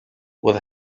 was